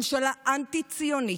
ממשלה אנטי-ציונית,